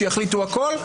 שיחליטו הכול,